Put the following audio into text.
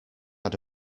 had